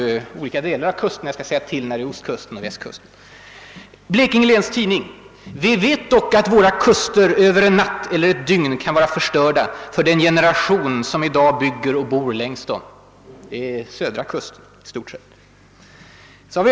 Jag skall meddela vilken kust de har anknytning till så herr Norling förstår det. Blekinge Läns Tidning: »Vi vet dock att våra kuster över en natt eller ett dygn kan vara förstörda för den generation som i dag bygger och bor längs dem.« Det är södra kusten i stort sett.